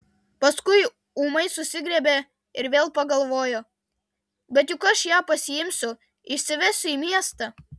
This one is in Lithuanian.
paskui ūmai susigriebė ir vėl pagalvojo bet juk aš ją pasiimsiu išsivesiu į miestą